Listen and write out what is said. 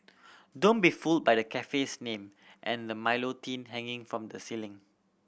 don't be fooled by the cafe's name and the Milo tin hanging from the ceiling